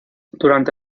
durante